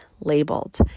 labeled